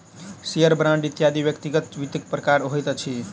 share, bond इत्यादि व्यक्तिगत वित्तक प्रकार होइत अछि